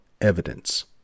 evidence